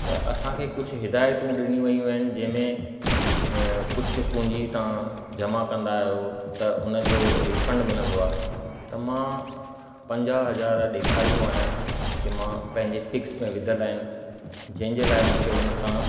त असांखे कुझु हिदायतूं ॾिनियूं वयूं आहिनि जंहिंमें कुझु पूंजी तव्हां जमा कंदा आहियो त उन जो रिफ़ंड मिलंदो आहे त मां पंजाह हज़ार ॾेखारींदो आहियां कि मां पंहिंजे फ़िक्स में विधल आहियूं जंहिंजे लाइ मूंखे उन तव्हां